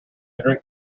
drink